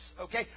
okay